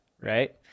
right